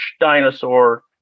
dinosaur